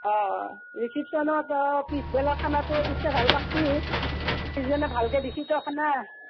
অঁ ৰিচেপশ্যনত পিছবেলাৰ খানাটো অৱশ্যে ভাল লাগছি পিছবেলা ভালকৈ দিছিটো খানা